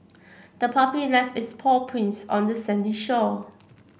the puppy left its paw prints on the sandy shore